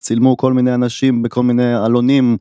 צילמו כל מיני אנשים, בכל מיני אלונים.